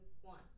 one